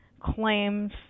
claims